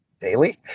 daily